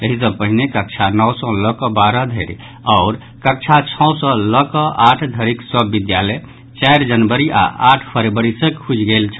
एहि सॅ पहिने कक्षा नओ सॅ लऽकऽ बारह धरि अओर कक्षा छओ सॅ लऽकऽ आठ धरिक सभ विद्यालय चारि जनवरी अओर आठ फरवरी सॅ खुजि गेल छल